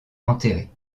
enterrée